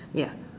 ya